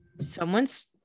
someone's